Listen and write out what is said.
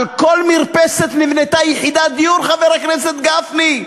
על כל מרפסת נבנתה יחידת דיור, חבר הכנסת גפני.